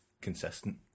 Consistent